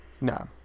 No